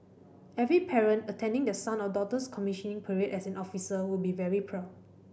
every parent attending their son or daughter's commissioning parade as an officer would be very proud